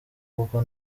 kuko